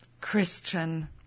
Christian